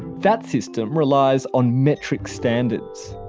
that system relies on metric standards.